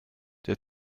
der